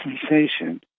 sensation